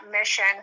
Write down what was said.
mission